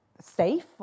safe